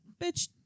Bitch